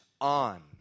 on